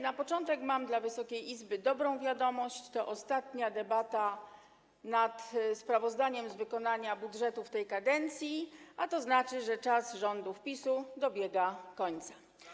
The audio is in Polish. Na początek mam dla Wysokiej Izby dobrą wiadomość: to ostatnia debata nad sprawozdaniem z wykonania budżetu w tej kadencji, a to oznacza, że czas rządów PiS dobiega końca.